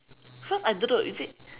so I don't know is it